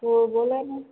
हो बोला ना